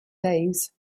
days